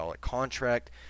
contract